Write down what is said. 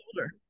older